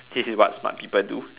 this is what smart people do